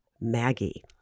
Maggie